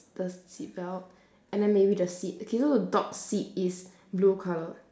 the seat belt and then maybe the seat okay you know the dog seat is blue colour